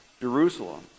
Jerusalem